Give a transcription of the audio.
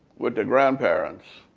with their grandparents,